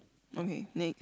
okay next